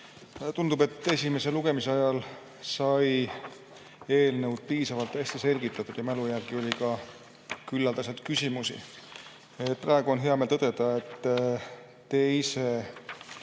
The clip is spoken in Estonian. Tundub, et esimese lugemise ajal sai eelnõu piisavalt hästi selgitatud ja mälu järgi öeldes oli ka küllaldaselt küsimusi. Praegu on hea meel tõdeda, et teise